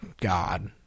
God